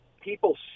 people